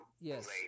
Yes